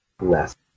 less